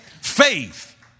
Faith